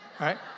right